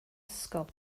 ysgol